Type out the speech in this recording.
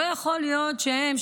לא יכול להיות שהם,